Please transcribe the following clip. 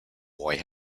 boy